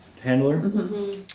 handler